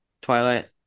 Twilight